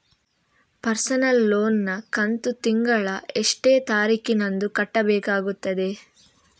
Personal loan ನ ಕಂತು ತಿಂಗಳ ಎಷ್ಟೇ ತಾರೀಕಿನಂದು ಕಟ್ಟಬೇಕಾಗುತ್ತದೆ?